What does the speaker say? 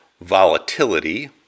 volatility